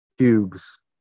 cubes